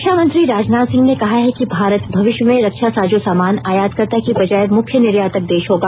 रक्षामंत्री राजनाथ सिंह ने कहा है कि भारत भविष्य में रक्षा साजो सामान आयातकर्ता की बजाय मुख्य निर्यातक देश होगा